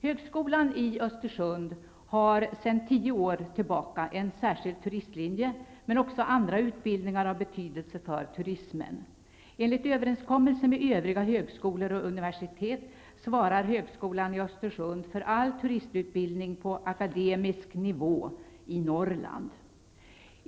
Högskolan i Östersund har sedan tio år tillbaka en särskild turistlinje men också andra utbildningar av betydelse för turismen. Enligt överenskommelse med övriga högskolor och universitet svarar högskolan i Östersund för all turistutbildning på akademisk nivå i Norrland.